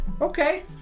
Okay